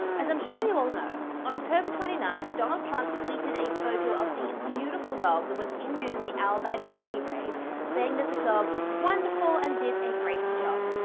as i'm sure you all know, on october twenty nine, donald trump tweeted a photo of the beautiful dog that was injured in the al-baghdadi raid saying the dog is wonderful and did a great job.